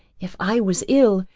if i was ill,